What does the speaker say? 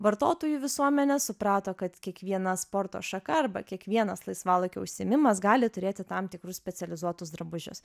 vartotojų visuomenė suprato kad kiekviena sporto šaka arba kiekvienas laisvalaikio užsiėmimas gali turėti tam tikrus specializuotus drabužius